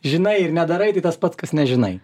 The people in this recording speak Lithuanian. žinai ir nedarai tai tas pats kas nežinai